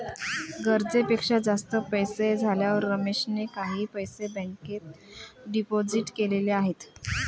गरजेपेक्षा जास्त पैसे झाल्यावर रमेशने काही पैसे बँकेत डिपोजित केलेले आहेत